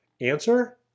Answer